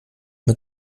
mit